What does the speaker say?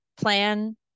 plan